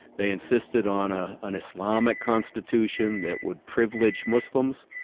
they insisted on ah an islamic constitution that would privilege muslims,